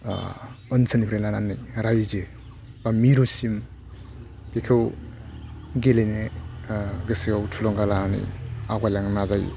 ओनसोलनिफ्राय लानानै रायजो बा मिरुसिम बेखौ गेलेनाय गोसोआव थुलुंगा लानानै आवगायलांनो नाजायो